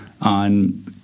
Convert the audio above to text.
on